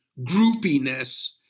groupiness